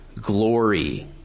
glory